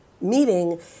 meeting